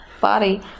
body